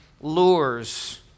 lures